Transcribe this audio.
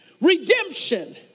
Redemption